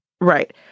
Right